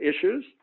issues